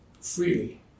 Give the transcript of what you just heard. freely